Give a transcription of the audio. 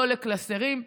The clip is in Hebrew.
לא לקלסרים.